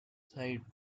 side